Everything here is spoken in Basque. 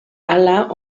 hala